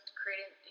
creating